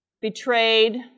betrayed